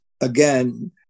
again